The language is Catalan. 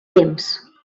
temps